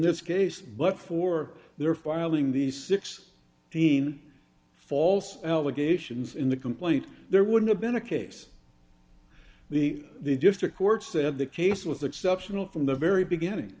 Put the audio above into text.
this case but for their filing these six teen false allegations in the complaint there would have been a case the the district court said the case with exceptional from the very beginning